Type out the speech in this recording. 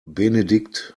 benedikt